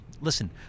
Listen